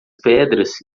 pedras